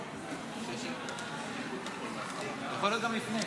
ששילמה הרשות הפלסטינית